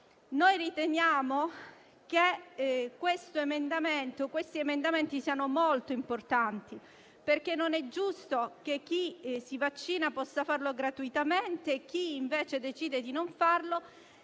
Riteniamo che questi emendamenti siano molto importanti, perché non è giusto che chi si vaccina possa farlo gratuitamente mentre per chi, invece, decide di non farlo,